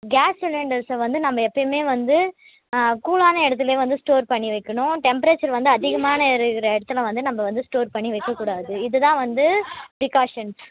case சிலிண்டர்ஸ்ஸை வந்து நம்ம எப்பயுமே வந்து கூல்லான இடத்துலையே வந்து ஸ்டோர் பண்ணி வைக்கணும் டெம்ப்ரேச்சர் வந்து அதிகமான இருக்கிற இடத்துல வந்து நம்ப வந்து ஸ்டோர் பண்ணி வைக்க கூடாது இது தான் வந்து ப்ரிக்காஷன்ஸ்